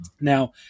Now